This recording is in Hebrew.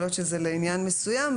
יכול להיות שזה לעניין מסוים,